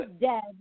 dead